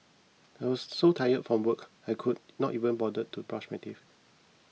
I was so tired from work I could not even bother to brush my teeth